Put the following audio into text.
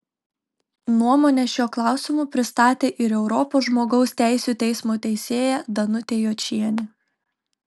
nuomonę šiuo klausimu pristatė ir europos žmogaus teisių teismo teisėja danutė jočienė